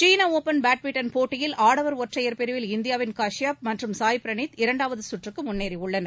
சீன open badminton போட்டியில் ஆடவர் ஒற்றையர் பிரிவில் இந்தியாவின் காஷ்பப் மற்றும் சாய் பிரனீத் இரண்டாவது சுற்றுக்கு முன்னேறியுள்ளனர்